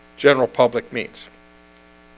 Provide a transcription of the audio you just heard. general public means